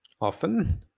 Often